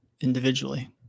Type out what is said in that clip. individually